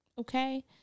Okay